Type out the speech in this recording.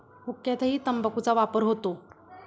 हुक्क्यातही तंबाखूचा वापर होतो